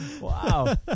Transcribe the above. Wow